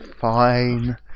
Fine